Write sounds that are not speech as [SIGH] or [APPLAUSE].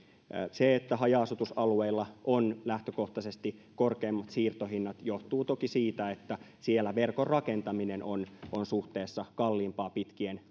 se että haja asutusalueilla on lähtökohtaisesti korkeammat siirtohinnat johtuu toki siitä että siellä verkon rakentaminen on on suhteessa kalliimpaa pitkien [UNINTELLIGIBLE]